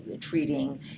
treating